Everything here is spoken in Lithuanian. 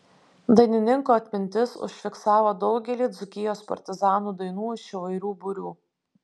dainininko atmintis užfiksavo daugelį dzūkijos partizanų dainų iš įvairių būrių